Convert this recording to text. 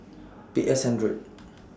P S hundred